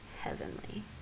heavenly